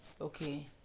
okay